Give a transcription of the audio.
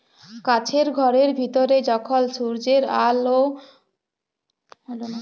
কাছের ঘরের ভিতরে যখল সূর্যের আল জ্যমে ছাসে লাগে